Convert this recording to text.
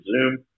Zoom